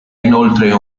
inoltre